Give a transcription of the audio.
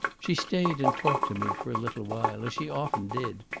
she stayed and talked to me for a little while, as she often did.